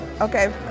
Okay